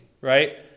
right